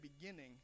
beginning